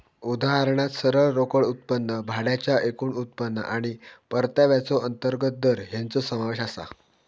उदाहरणात सरळ रोकड उत्पन्न, भाड्याचा एकूण उत्पन्न आणि परताव्याचो अंतर्गत दर हेंचो समावेश आसा